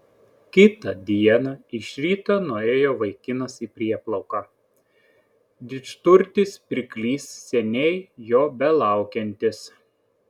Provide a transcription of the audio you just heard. kitą dieną iš ryto nuėjo vaikinas į prieplauką didžturtis pirklys seniai jo belaukiantis